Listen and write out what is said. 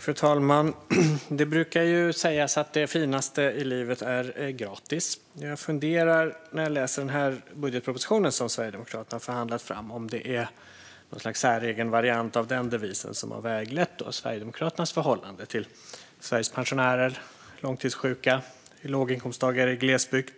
Fru talman! Det brukar sägas att det finaste i livet är gratis. Jag funderar när jag läser den budgetproposition som Sverigedemokraterna har förhandlat fram om det är något slags säregen variant av den devisen som har väglett Sverigedemokraternas förhållande till Sveriges pensionärer, långtidssjuka och låginkomsttagare i glesbygd.